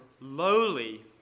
lowly